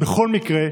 שבכל מקרה,